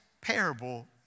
parable